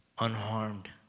unharmed